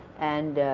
and